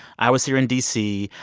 i was here in d c.